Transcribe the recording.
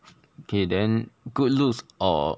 okay then good looks or